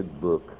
book